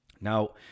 Now